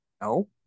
No